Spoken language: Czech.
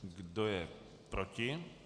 Kdo je proti?